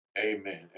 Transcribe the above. Amen